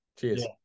Cheers